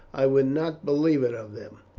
i would not believe it of them.